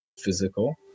physical